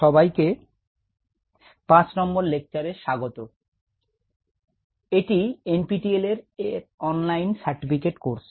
সবাইকে 5 নম্বর লেকচারের স্বাগত এটি এন পি টি এল এর অনলাইন সার্টিফিকেট কোর্স